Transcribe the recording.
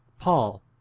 Paul